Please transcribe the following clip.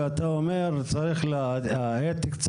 ושצריך קצת להאט,